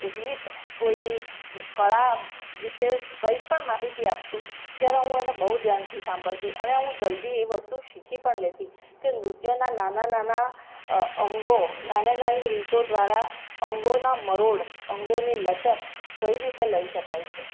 રીત કોઈ કળા વિશે કંઈ પણ માહિતી આપતું ત્યારે હું એને બહુ ધ્યાનથી સાંભળતી અને હું જલ્દી વસ્તુ શીખી પણ લેતી કે નૃત્યના નાના નાના અંગો નાની નાની રીતો દ્વારા અંગોના મરોડ અંગોની લચક કઈ રીતે લઈ શકાય છે